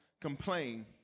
complain